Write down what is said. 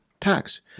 tax